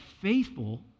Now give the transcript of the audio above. faithful